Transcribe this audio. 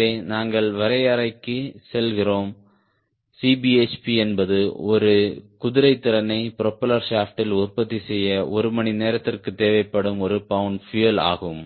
ஆகவே நாங்கள் வரையறைக்குச் செல்கிறோம் Cbhp என்பது ஒரு குதிரைத்திறனை ப்ரொபெல்லர் ஷாப்ட்டில் உற்பத்தி செய்ய ஒரு மணி நேரத்திற்கு தேவைப்படும் ஒரு பவுண்ட் பியூயல் ஆகும்